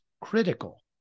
critical